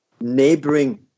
neighboring